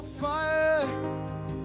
fire